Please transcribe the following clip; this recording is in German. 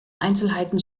einzelheiten